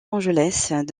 angeles